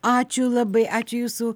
ačiū labai ačiū jūsų